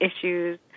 issues